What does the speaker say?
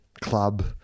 club